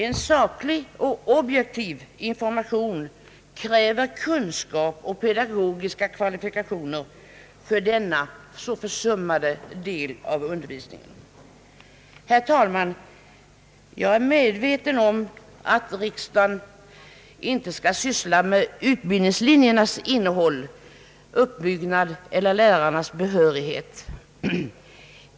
En saklig och objektiv information inom denna så försummade del av undervisningen kräver kunskap och pedagogiska kvalifikationer. Jag är medveten om att riksdagen inte skall syssla med utbildningslinjernas innehåll och uppbyggnad eler lärarnas behörighet.